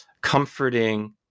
comforting